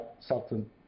Sultan